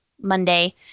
Monday